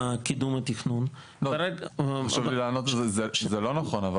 חשוב לי לענות שזה לא נכון.